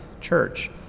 Church